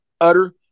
utter